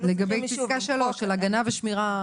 לגבי פסקה (3) של הגנה ושמירה?